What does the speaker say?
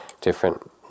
different